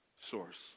source